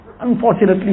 Unfortunately